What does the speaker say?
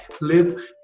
live